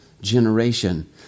generation